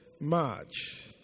March